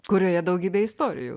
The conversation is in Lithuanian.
kurioje daugybė istorijų